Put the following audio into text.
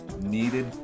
needed